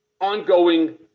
ongoing